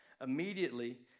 Immediately